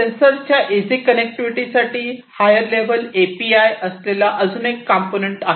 sensor च्या easy connectivity साठी higher level API असलेला अजून एक कंपोनेंट आहे